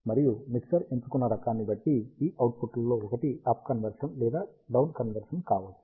మరియు మిక్సర్ ఎంచుకున్న రకాన్ని బట్టి ఈ అవుట్పుట్లలో ఒకటి అప్ కన్వర్షన్ లేదా డౌన్ కన్వర్షన్ కావచ్చు